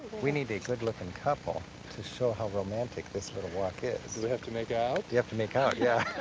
we need a good-looking couple to show how romantic this little walk is. do we have to make out? you have to make out, yeah.